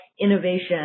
innovation